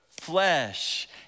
flesh